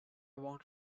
want